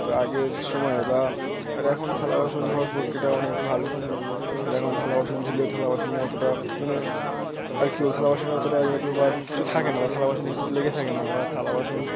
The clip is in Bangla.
তো আগের সময় বা আর এখন থালা বাসন ধোওয়ার প্রক্রিয়া অনেক ভালো আর এখন থালা বাসন ধুলেও থালা বাসনে অতটা মানে আর কেউ থালা বাসনে অতটা ইয়েটা বা কিছু থাকে না বা থালা বাসনে কিছু লেগে থাকে না বা থালা বাসন